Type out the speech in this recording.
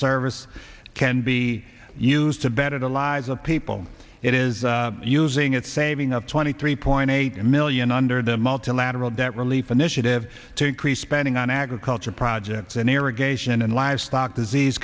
service can be used to better the lives of people it is using it saving of twenty three point eight million under the multilateral debt relief initiative to increase spending on agriculture projects in irrigation and livestock disease